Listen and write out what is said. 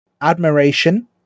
Admiration